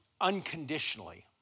unconditionally